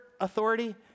authority